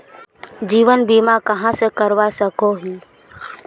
जीवन बीमा कहाँ कहाँ से करवा सकोहो ही?